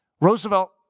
Roosevelt